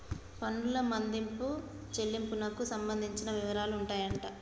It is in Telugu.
పన్నుల మదింపు చెల్లింపునకు సంబంధించిన వివరాలు ఉన్నాయంట